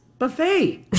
Buffet